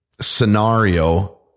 scenario